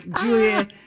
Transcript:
Julia